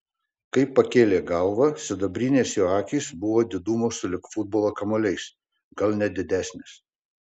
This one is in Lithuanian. kai pakėlė galvą sidabrinės jo akys buvo didumo sulig futbolo kamuoliais gal net didesnės